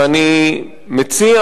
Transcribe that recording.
ואני מציע,